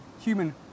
human